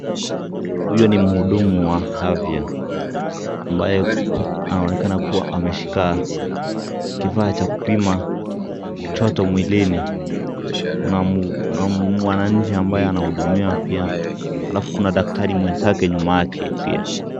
Huyu ni mhudumu wa afya ambaye anaonekana kuwa ameshika kifaa cha kupima joto mwilini. Kuna mwananchi ambaye anahudumiwa pia alafu kuna daktari mwenzake nyuma yake pia.